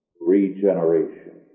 Regeneration